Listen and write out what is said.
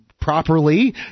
properly